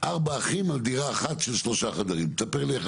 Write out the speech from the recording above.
מה קורה לארבעה אחים בדירה אחת של שלושה חודשים.